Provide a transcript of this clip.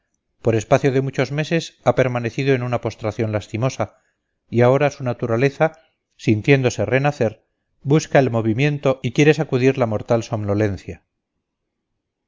por espacio de muchos meses ha permanecido en una postración lastimosa y ahora su naturaleza sintiéndose renacer busca el movimiento y quiere sacudir la mortal somnolencia